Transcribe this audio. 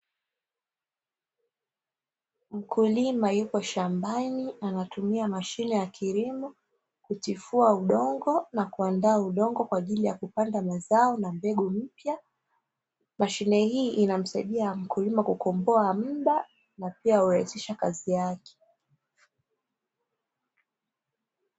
Mkulima yupo shambani anatumia mashine ya kilimo kutifua udongo na kuandaa udongo kwa ajili ya kupata mazao na mbegu mpya. Mashine hii inamsaidia mkulima kukomboa mda na pia kurahisisha kazi yake.